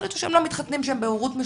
החליטו שהם לא מתחתנים, שהם בהורות משותפת,